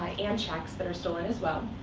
ah and checks that are stolen, as well.